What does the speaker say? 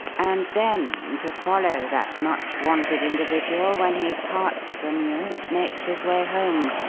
and then to follow that much-wanted individual when he parts from you and makes his way home.